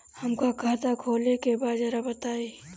हमका खाता खोले के बा जरा बताई?